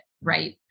right